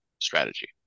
strategy